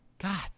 god